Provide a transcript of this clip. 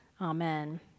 Amen